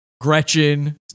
gretchen